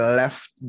left